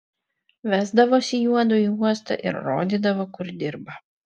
vesdavosi juodu į uostą ir rodydavo kur dirba